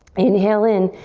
inhale in.